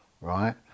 right